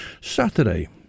Saturday